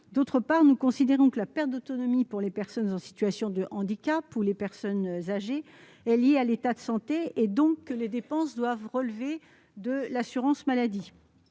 outre, nous considérons que la perte d'autonomie des personnes en situation de handicap ou des personnes âgées est liée à l'état de santé, et que les dépenses doivent donc relever de l'assurance maladie.